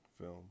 film